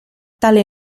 tale